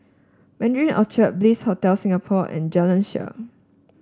Mandarin Orchard Bliss Hotel Singapore and Jalan Shaer